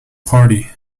party